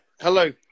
Hello